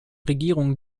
regierungen